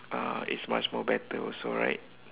uh is much more better also right